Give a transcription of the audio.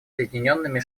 соединенными